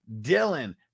Dylan